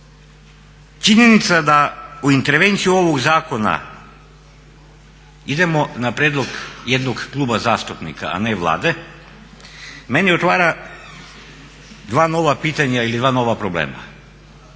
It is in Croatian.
činjenica da u intervenciju ovog zakona idemo na prijedlog jednog kluba zastupnika, a ne Vlade meni otvara dva nova pitanja ili dva nova problema.